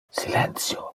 silentio